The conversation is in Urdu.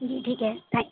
جی ٹھیک ہے تھینک